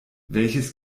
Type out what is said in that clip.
welches